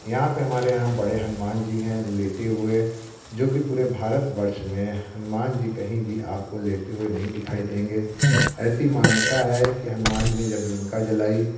यह पर हमारे यहाँ बड़े हनुमान जी हैं लेटे हुए जो कि पूरे भारतवर्ष में हनुमान जी कहीं भी आपको लेटे हुए नहीं दिखाई देंगे ऐसी मान्यता है कि हनुमान जी ने जब लंका जलाई